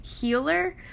healer